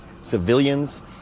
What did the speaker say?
civilians